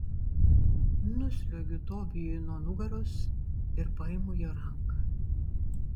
nusliuogiu tobijui nuo nugaros ir paimu jo ranką